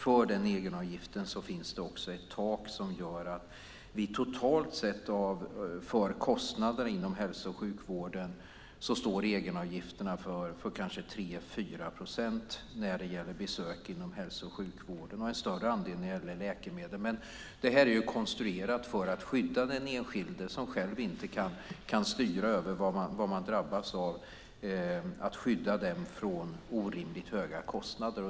För den egenavgiften finns det också ett tak, som totalt sett för kostnaderna inom hälso och sjukvården innebär att egenavgifterna står för kanske 3-4 procent när det gäller besök inom hälso och sjukvården och en större andel när det gäller läkemedel. Det är konstruerat för att skydda den enskilde - som själv inte kan styra över vad man drabbas av - för orimligt höga kostnader.